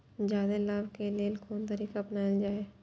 जादे लाभ के लेल कोन तरीका अपनायल जाय?